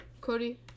Cody